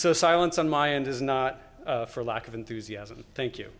so silence on my end is not for lack of enthusiasm thank you